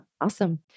Awesome